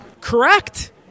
Correct